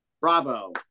Bravo